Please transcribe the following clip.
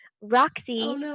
Roxy